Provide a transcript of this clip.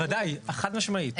בוודאי, חד משמעית.